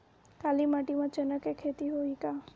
काली माटी म चना के खेती होही का?